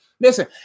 Listen